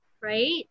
right